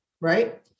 right